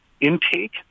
intake